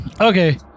Okay